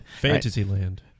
Fantasyland